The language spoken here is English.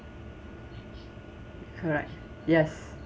correct yes